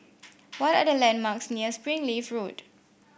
what are the landmarks near Springleaf Road